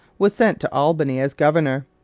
was sent to albany as governor,